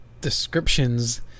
descriptions